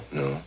no